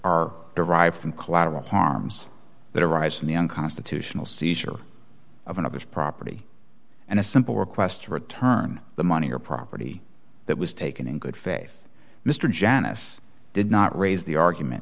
are derived from collateral harms that arise from the unconstitutional seizure of another's property and a simple request to return the money or property that was taken in good faith mr janice did not raise the argument